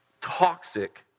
toxic